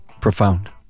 profound